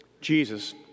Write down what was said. Jesus